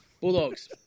Bulldogs